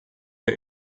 der